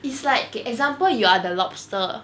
it's like okay example you are the lobster